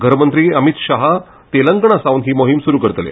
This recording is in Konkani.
घरमंत्री अमित शाह तेलगंणा सावन ही मोहिम सुरू करतले